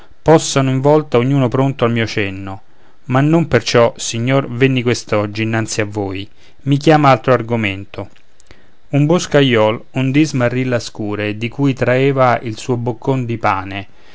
in volta ognun pronto al mio cenno ma non perciò signor venni quest'oggi innanzi a voi i chiama altro argomento un boscaiol un dì smarrì la scure da cui traeva il suo boccon di pane